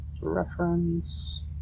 Reference